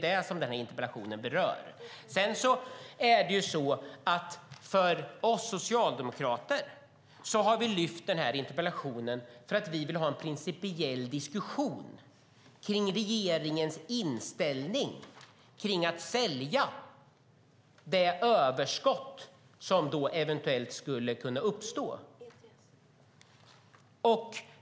Vi socialdemokrater har lyft fram den här interpellationen därför att vi vill ha en principiell diskussion om regeringens inställning till att sälja det överskott som eventuellt skulle kunna uppstå.